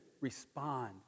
respond